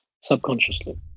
Subconsciously